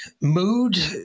mood